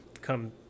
Come